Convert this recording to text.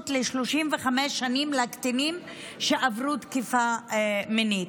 ל-35 שנים לקטינים שעברו תקיפה מינית.